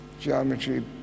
geometry